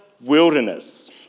wilderness